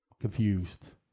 confused